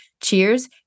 Cheers